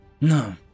No